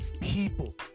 people